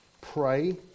Pray